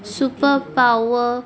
superpower